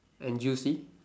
and juicy